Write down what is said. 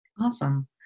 Awesome